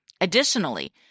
Additionally